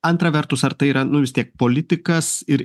antra vertus ar tai yra nu vis tiek politikas ir